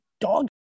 dog